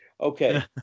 Okay